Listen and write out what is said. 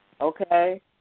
okay